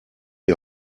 die